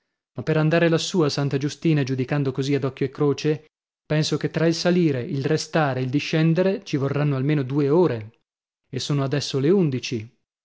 ma per andare lassù a santa giustina giudicando così ad occhio e croce penso che tra il salire il restare il discendere ci vorranno almeno due ore e sono adesso le undici